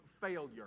failure